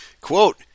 Quote